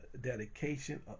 dedication